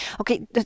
Okay